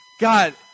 God